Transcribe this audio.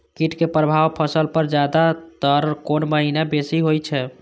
कीट के प्रभाव फसल पर ज्यादा तर कोन महीना बेसी होई छै?